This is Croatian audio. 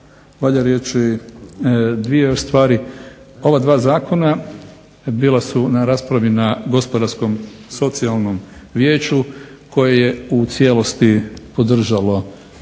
valja reći dvije još stvari. Ova dva zakona bila su na raspravi na Gospodarskom socijalnom vijeću koje je u cijelosti podržalo ove